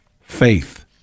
faith